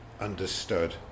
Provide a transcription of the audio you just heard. understood